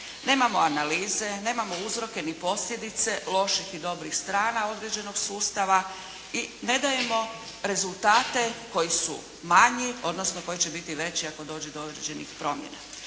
nemamo analize, nemamo uzroke ni posljedice loših i dobrih strana određenog sustava. I ne dajemo rezultate koji su manji odnosno koji će biti veći ako dođe do određenih promjena.